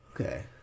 Okay